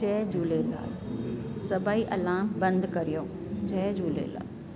जय झूलेलाल सभई अलाम बंदि कयो जय झूलेलाल